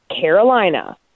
Carolina